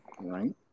right